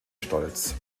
stolz